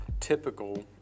typical